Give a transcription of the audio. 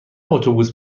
اتوبوس